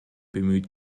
bemüht